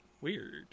Weird